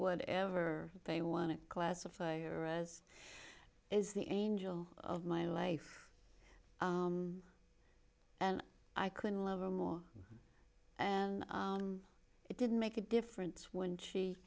what ever they want to classify as is the angel of my life and i couldn't love her more and it didn't make a difference when she